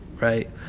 right